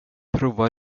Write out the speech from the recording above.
prova